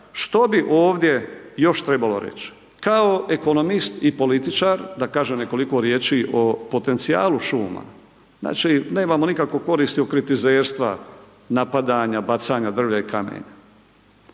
što bi ovdje još trebalo reći? Kao ekonomist i političar da kažem nekoliko riječi o potencijalu šuma. Znači, nemamo nikakvu korist od kritizerstva, napadanja, bacanja drvlja i kamenja.